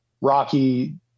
Rocky